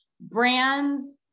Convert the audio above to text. brands